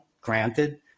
granted